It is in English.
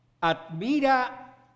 Admira